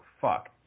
fuck